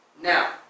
Now